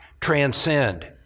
transcend